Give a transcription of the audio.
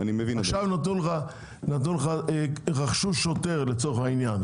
עכשיו "רכשו שוטר" לצורך העניין,